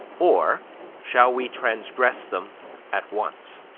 or shall we transgress them at once?